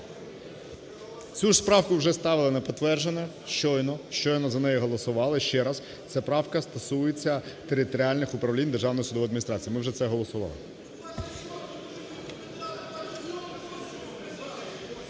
Цю ж правку вже ставили на підтвердження щойно, щойно за неї голосували. Ще раз: ця правка стосується територіальних управлінь державних судових адміністрацій. Ми вже це голосували.